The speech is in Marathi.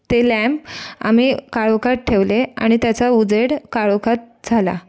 ते लॅम्प आम्ही काळोखात ठेवले आणि त्याचा उजेड काळोखात झाला